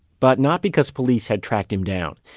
but not because police had tracked him down.